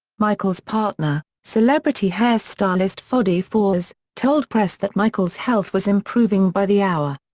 michael's partner, celebrity hairstylist fadi fawaz, told press that michael's health was improving by the hour.